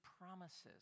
promises